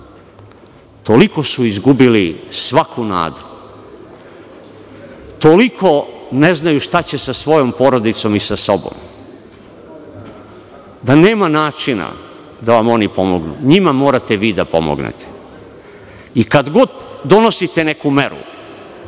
Toliko su izgubili svaku nadu, toliko ne znaju šta će sa svojom porodicom i sa sobom, da nema načina da vam oni pomognu. Njima morate vi da pomognete. Kad god donosite neku meru,